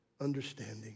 understanding